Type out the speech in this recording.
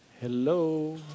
Hello